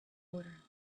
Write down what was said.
water